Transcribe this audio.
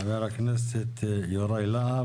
תודה רבה לך חבר הכנסת יוראי להב.